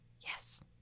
Yes